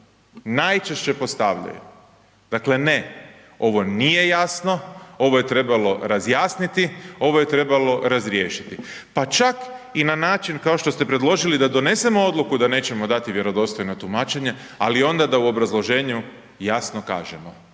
najčešće postavljaju. Dakle ne, ovo nije jasno, ov je trebalo razjasniti, ovo je trebalo razriješiti. Pa čak i na način kao što ste predložili da donesemo odluku da nećemo dati vjerodostojno tumačenje ali onda da u obrazloženju jasno kažemo,